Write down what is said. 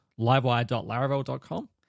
livewire.laravel.com